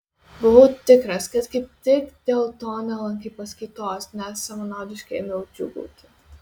buvau tikras kad kaip tik dėl to nelankai paskaitos net savanaudiškai ėmiau džiūgauti